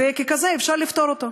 וככזה אפשר לפתור אותו,